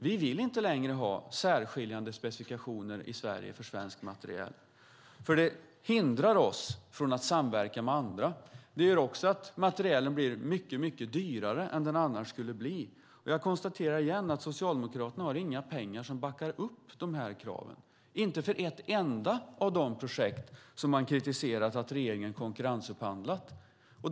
Vi vill inte längre ha särskiljande specifikationer för svensk materiel i Sverige, för det hindrar oss från att samverka med andra. Det gör också att materielen blir mycket dyrare än den annars skulle bli. Jag konstaterar igen att Socialdemokraterna inte har några pengar som backar upp de här kraven, inte för ett enda av de projekt som man har kritiserat att regeringen har konkurrensupphandlat.